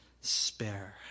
spare